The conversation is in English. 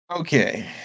Okay